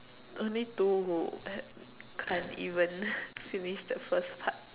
only two who uh can't even finish the first part